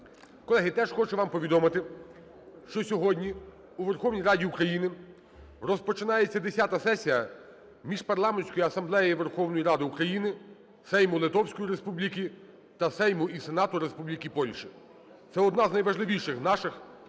Колеги, теж хочу вам повідомити, що сьогодні у Верховній Раді України розпочинається Х Сесія Міжпарламентської асамблеї Верховної Ради України, Сейму Литовської Республіки та Сейму і Сенату Республіки Польща. Це один з найважливіших наших